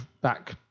back